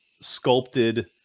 sculpted